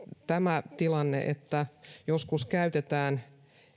tämä tilanne että joskus käytetään